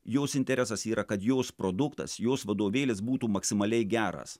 jos interesas yra kad jos produktas jos vadovėlis būtų maksimaliai geras